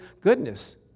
goodness